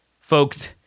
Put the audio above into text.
folks